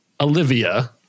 Olivia